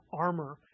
armor